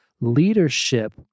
Leadership